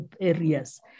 areas